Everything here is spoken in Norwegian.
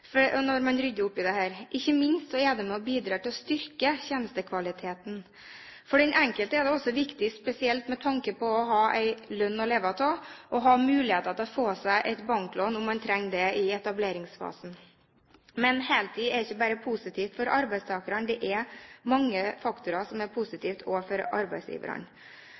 opp i dette. Ikke minst er det med og bidrar til å styrke tjenestekvaliteten. For den enkelte er det også viktig, spesielt med tanke på å ha en lønn å leve av og muligheten til å få seg et banklån i etableringsfasen når man trenger det. Men heltid er ikke bare positivt for arbeidstakerne, det er mange faktorer som er